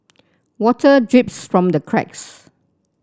water drips from the cracks